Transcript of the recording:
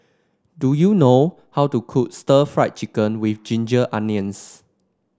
do you know how to cook stir Fry Chicken with Ginger Onions